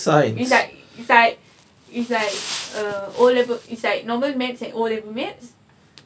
it's like it's like it's like err O level it's like normal maths and O level maths